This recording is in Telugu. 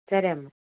సరే అమ్మ